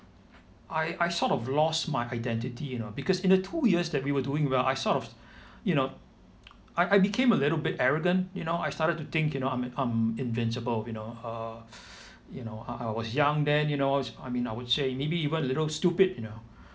I I sort of lost my identity you know because in the two years that we were doing well I sort of you know I I became a little bit arrogant you know I started to think you know I'm I'm invincible you know uh you know I I was young then you know I mean I would say maybe even a little stupid you know